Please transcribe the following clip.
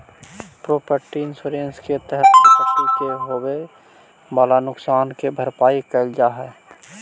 property insurance के तहत property के होवेऽ वाला नुकसान के भरपाई कैल जा हई